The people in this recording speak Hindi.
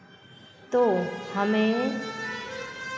तो हमें